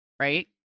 right